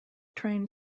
trained